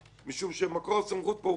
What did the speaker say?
משום שמקור הסמכות פה הוא חשוב.